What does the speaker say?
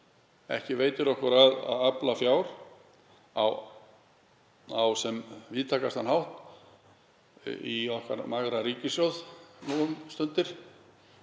Ekki veitir okkur af að afla fjár á sem víðtækastan hátt í okkar magra ríkissjóð nú um stundir,